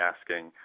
asking